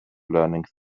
learning